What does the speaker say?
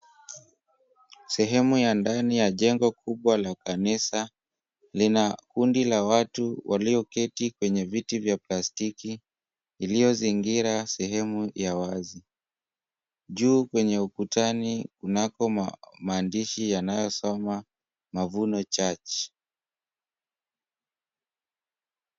Sehemu ya ndani ya jengo kubwa la kanisa. Lina kundi la watu walioketi kwenye viti vya plastiki, iliyozingira sehemu ya wazi. Juu kwenye ukutani, kunako maandishi yanayosoma, Mavuno Church.